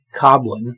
Coblin